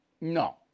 No